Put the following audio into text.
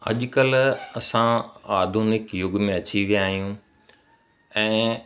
अॼु कल्ह असां आधूनिक युग में अची विया आहियूं ऐं